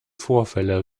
vorfälle